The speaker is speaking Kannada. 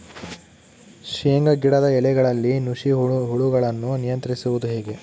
ಶೇಂಗಾ ಗಿಡದ ಎಲೆಗಳಲ್ಲಿ ನುಷಿ ಹುಳುಗಳನ್ನು ನಿಯಂತ್ರಿಸುವುದು ಹೇಗೆ?